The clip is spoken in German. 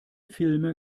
filme